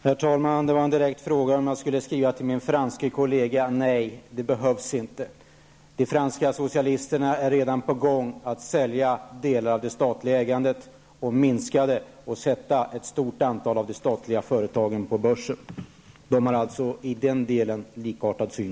Herr talman! Det var en direkt fråga om jag skulle skriva till min franske kollega. Nej, det behövs inte. De franska socialisterna är redan på gång med att sälja en del av det statliga ägandet och minska det, och sätta ett stort antal av de statliga företagen på börsen. De har alltså i den delen en likartad syn.